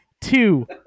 two